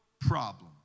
problem